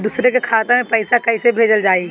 दूसरे के खाता में पइसा केइसे भेजल जाइ?